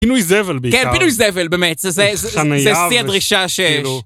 פינוי זבל בעיקר. כן, פינוי זבל, באמת. זה שיא הדרישה שיש.